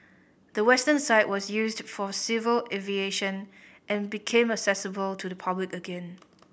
the western side was used for civil aviation and became accessible to the public again